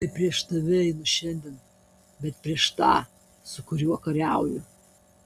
ne prieš tave einu šiandien bet prieš tą su kuriuo kariauju